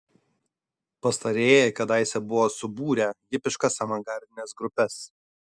pastarieji kadaise buvo subūrę hipiškas avangardines grupes